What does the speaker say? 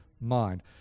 mind